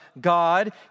God